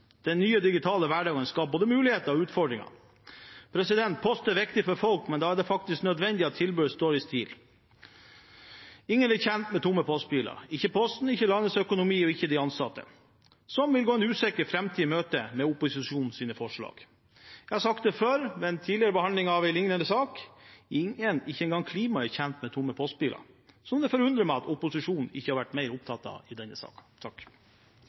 Den nye digitale hverdagen skaper både muligheter og utfordringer. Post er viktig for folk, men da er det faktisk nødvendig at tilbudet står i stil med behovet. Ingen er tjent med tomme postbiler – ikke Posten, ikke landets økonomi og ikke de ansatte, som vil gå en usikker framtid i møte med opposisjonens forslag. Jeg har sagt det før ved en tidligere behandling av en lignende sak. Ingen, ikke engang klimaet, er tjent med tomme postbiler, noe som det forundrer meg at opposisjonen ikke har vært mer opptatt av i denne